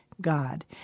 God